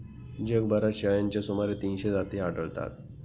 जगभरात शेळ्यांच्या सुमारे तीनशे जाती आढळतात